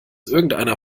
irgendeiner